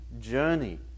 journey